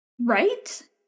Right